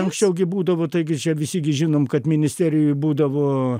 anksčiau gi būdavo taigi čia visi gi žinom kad ministerijoj būdavo